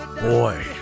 Boy